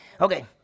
Okay